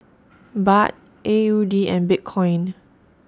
Baht A U D and Bitcoin